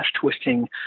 twisting